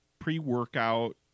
pre-workout